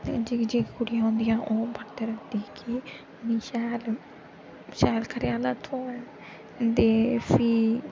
ते जेह्कियां कुड़ियां होंदियां न ओह् बरत रखदी कि मी शैल शैल घर आह्ला थ्होऐ ते फ्ही